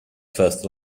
first